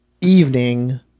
evening